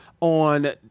on